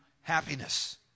happiness